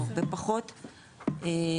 הרבה פחות ובעיקר,